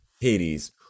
hades